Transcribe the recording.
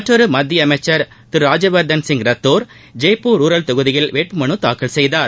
மற்றொரு மத்திய அமைச்சர் திரு ராஜ்யவர்த்தன் சிங் ரத்தோர் ஜெய்ப்பூர் ஒரல் தொகுதியில் வேட்பு மனு தாக்கல் செய்தார்